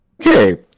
Okay